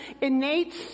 innate